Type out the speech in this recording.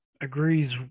agrees